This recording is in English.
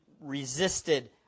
resisted